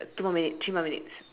two more minutes three more minutes